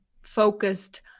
focused